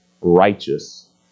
righteous